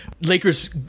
Lakers